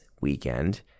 weekend